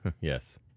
Yes